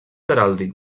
heràldic